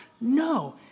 No